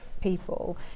people